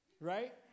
right